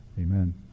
amen